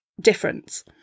difference